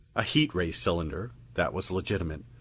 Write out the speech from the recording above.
a heat ray cylinder that was legitimate.